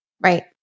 Right